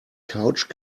couch